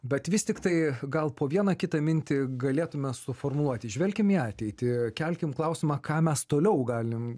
bet vis tiktai gal po vieną kitą mintį galėtume suformuluoti žvelkim į ateitį kelkim klausimą ką mes toliau galim